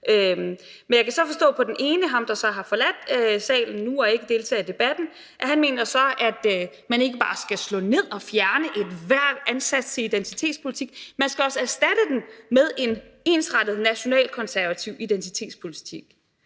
Men jeg kan så forstå på den ene af dem, nemlig ham, der har forladt salen nu og ikke deltager i debatten, at han mener, at man ikke alene skal slå ned og fjerne enhver ansats til identitetspolitik; man skal også erstatte den med en ensrettet nationalkonservativ identitetspolitik.